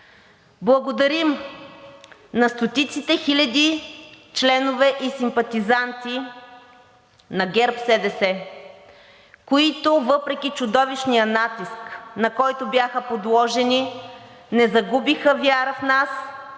Благодарим на стотиците хиляди членове и симпатизанти на ГЕРБ-СДС, които въпреки чудовищния натиск, на който бяха подложени, не загубиха вяра в нас